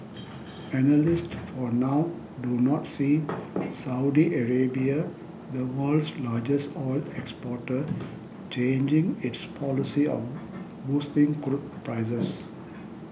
analysts for now do not see Saudi Arabia the world's largest oil exporter changing its policy of boosting crude prices